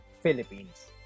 Philippines